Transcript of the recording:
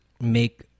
make